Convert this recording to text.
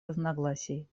разногласий